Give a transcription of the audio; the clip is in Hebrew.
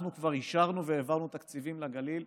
אנחנו כבר אישרנו והעברנו תקציבים לגליל,